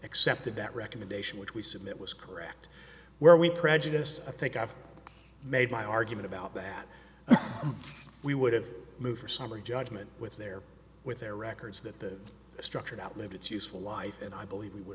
accepted that recommendation which we submit was correct where we prejudiced i think i've made my argument about that we would have moved her summary judgment with their with their records that the structured outlived its useful life and i believe we would